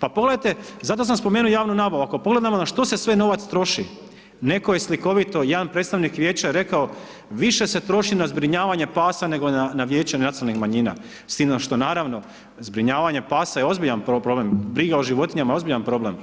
Pa pogledajte zato sam spomenuo javnu nabavu, ako pogledamo na što se sve novac trošak, netko je slikovito, jedan predstavnik vijeća rekao, više se troši na zbrinjavanje pada nego na vijeće nacionalnih manjina, s time što naravno, zbrinjavanje pasa je ozbiljan problem, briga o životinjama je ozbiljan problem,